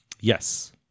Yes